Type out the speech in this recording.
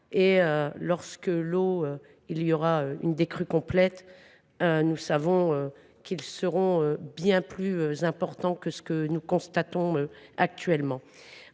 Lorsque la décrue sera complète, nous savons qu’ils seront bien plus importants que ce que nous constatons actuellement.